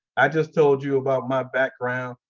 i just told you about my background.